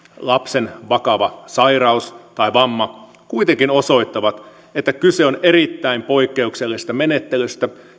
lapsen vakava sairaus tai vamma kuitenkin osoittavat että kyse on erittäin poik keuksellisesta menettelystä